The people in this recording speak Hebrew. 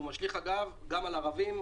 הוא משליך, אגב, גם על ערבים.